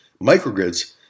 microgrids